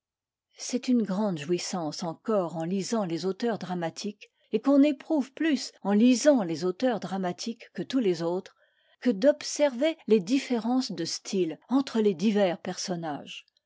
c'est une grande jouissance encore en lisant les auteurs dramatiques et qu'on éprouve plus en lisant les auteurs dramatiques que tous les autres que d'observer les différences de style entre les divers personnages